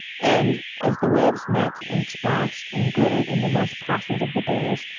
and, as the waves met and splashed and glittered in the most placid of the bays,